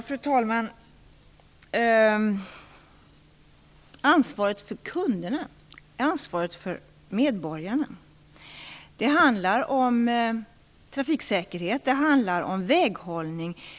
Fru talman! Ansvaret för kunderna är ansvaret för medborgarna. Det handlar om trafiksäkerhet. Det handlar om väghållning.